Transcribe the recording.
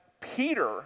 Peter